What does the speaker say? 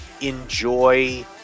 enjoy